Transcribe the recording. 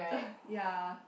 ya